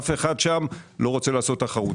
אף אחד שם לא רוצה לעשות תחרות.